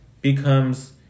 becomes